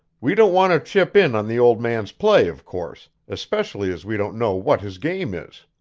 we don't want to chip in on the old man's play, of course, especially as we don't know what his game is.